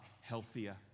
healthier